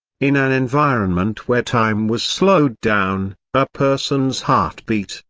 in an environment where time was slowed down, a person's heartbeat,